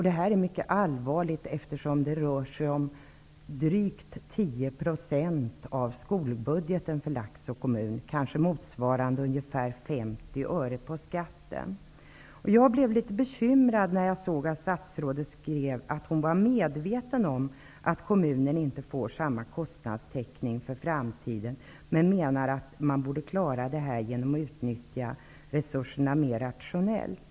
Det är mycket allvarligt, eftersom det rör sig om drygt 10 % av skolbudgeten för Laxå kommun -- motsvarande ungefär 50 öre på skatten. Jag blir litet bekymrad när statsrådet säger sig vara medveten om att kommunen inte får samma kostnadstäckning för framtiden, och att det bör klaras genom att resurserna utnyttjas mer rationellt.